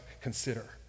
consider